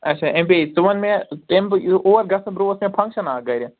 اَچھا اٮ۪م پےٚ یی ژٕ وَن مےٚ تَمہِ بہٕ اور گژھنہٕ برٛونٛہہ اوس مےٚ فنٛگشن اکھ گَرِ